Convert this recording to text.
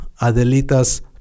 Adelita's